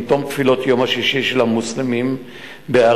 עם תום תפילות יום השישי של המוסלמים בהר-הבית,